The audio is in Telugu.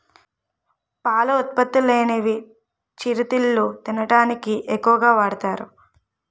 పాల ఉత్పత్తులనేవి చిరుతిళ్లు తినడానికి ఎక్కువ వాడుతారు